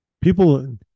People